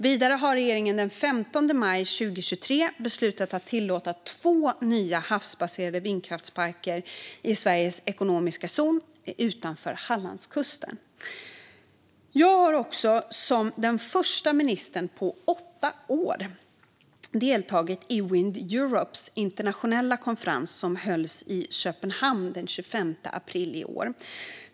Vidare har regeringen den 15 maj 2023 beslutat att tillåta två nya havsbaserade vindkraftsparker i Sveriges ekonomiska zon utanför Hallandskusten. Jag har som den första ministern på åtta år deltagit i Wind Europes internationella konferens som hölls i Köpenhamn den 25 april i år.